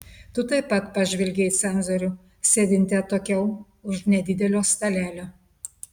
tu taip pat pažvelgei į cenzorių sėdintį atokiau už nedidelio stalelio